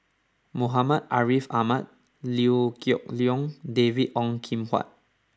Muhammad Ariff Ahmad Liew Geok Leong David Ong Kim Huat